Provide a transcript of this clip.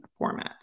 formats